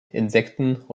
insekten